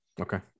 okay